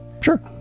Sure